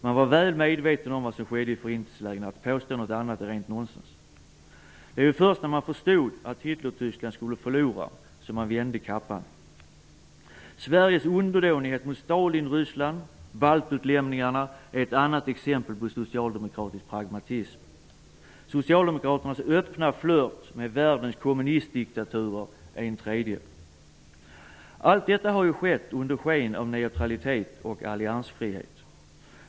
Man var väl medveten om vad som skedde i förintelselägren. Att påstå något annat är rent nonsens. Det var ju först när man förstod att Hitlertyskland skulle förlora som man vände kappan. Sveriges underdånighet mot Stalinryssland och baltutlämningarna är ett annat exempel på socialdemokratisk pragmatism. Socialdemokraternas öppna flirt med världens kommunistdiktaturer en tredje. Allt detta har ju skett under sken av neutralitet och alliansfrihet.